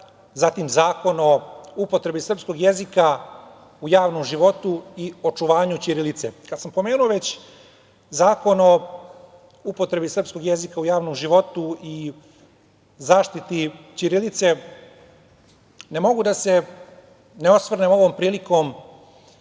Zakon o upotrebi srpskog jezika u javnom životu i očuvanju ćirilice. Kada sam pomenuo već Zakon o upotrebi srpskog jezika u javnom životu i zaštiti ćirilice, ne mogu da se ne osvrnem ovom prilikom